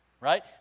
Right